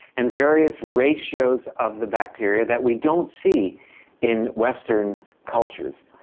and various ratios of the bacteria that we don't see in western cultures.